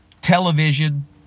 television